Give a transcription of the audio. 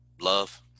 love